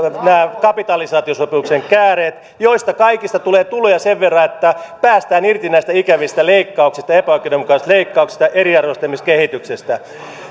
nämä kapitalisaatiosopimuksen kääreet joista kaikista tulee tulee tuloja sen verran että päästään irti näistä ikävistä leikkauksista epäoikeudenmukaisista leikkauksista ja eriarvoistamiskehityksestä